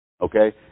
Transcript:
Okay